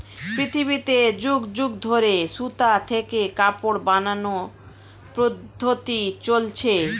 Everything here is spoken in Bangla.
পৃথিবীতে যুগ যুগ ধরে সুতা থেকে কাপড় বানানোর পদ্ধতি চলছে